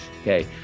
okay